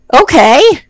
Okay